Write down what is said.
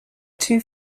two